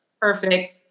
perfect